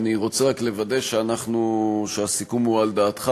אני רוצה רק לוודא שהסיכום הוא על דעתך,